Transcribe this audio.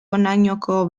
honainoko